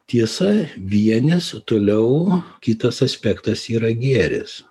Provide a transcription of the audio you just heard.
tiesa vienis toliau kitas aspektas yra gėris